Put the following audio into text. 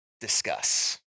Discuss